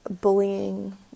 bullying